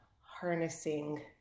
harnessing